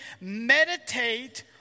meditate